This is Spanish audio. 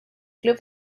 club